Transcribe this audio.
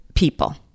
People